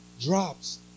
drops